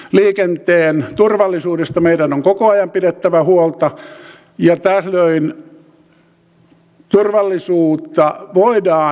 liikenteen turvallisuudesta meidän on koko ajan pidettävä huolta ja tällöin turvallisuutta voidaan parantaa autokannan uusimisella